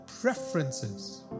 preferences